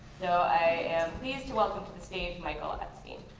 so i am pleased to welcome to the stage michael epstein.